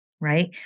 Right